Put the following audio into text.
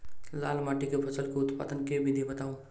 लाल माटि मे फसल केँ उत्पादन केँ विधि बताऊ?